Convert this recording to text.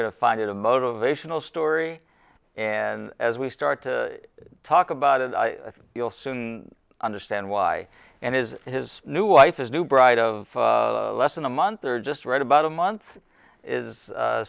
to find a motivational story and as we start to talk about it i think you'll soon understand why and his his new wife his new bride of less than a month or just write about a month is